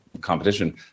competition